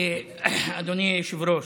אדוני היושב-ראש,